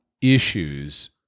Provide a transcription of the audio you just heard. issues